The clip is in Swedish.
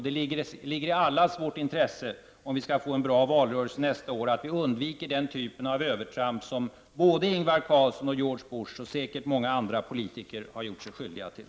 Det ligger i allas vårt intresse, om vi skall få en bra valrörelse nästa år, att vi undviker den här typen av övertramp som både Ingvar Carlsson, George Bush och säkert många andra politiker har gjort sig skyldiga till.